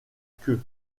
queue